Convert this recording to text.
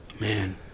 Man